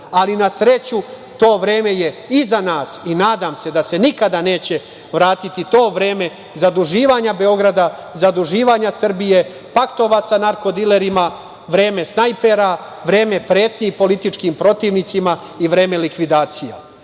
Na sreću, to vreme je iza nas i nadam se da se nikada neće vratiti to vreme zaduživanja Beograda, zaduživanja Srbije, paktova sa narko-dilerima, vreme snajpera, vreme pretnji političkim protivnicima i vreme likvidacija. Danas